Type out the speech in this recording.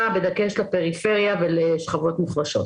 בדגש על הפריפריה ולשכבות מוחלשות.